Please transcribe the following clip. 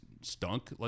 stunk